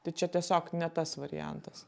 tai čia tiesiog ne tas variantas